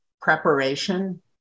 preparation